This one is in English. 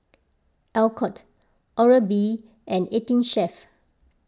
Alcott Oral B and eighteen Chef